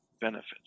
benefits